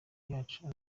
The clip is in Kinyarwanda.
yacu